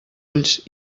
ulls